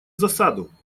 засаду